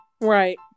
Right